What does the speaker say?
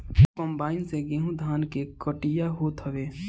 combine से गेंहू धान के कटिया होत हवे